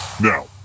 Now